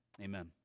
Amen